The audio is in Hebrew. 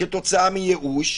כתוצאה מייאוש,